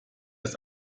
ist